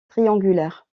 triangulaire